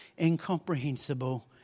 incomprehensible